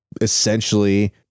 essentially